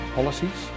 policies